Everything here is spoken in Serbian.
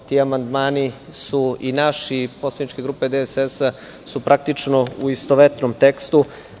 Amandmani naše poslaničke grupe i DSS su praktično u istovetnom tekstu.